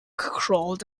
crawled